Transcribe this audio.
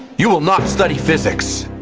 you will not study physics.